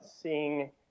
seeing